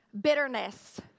Bitterness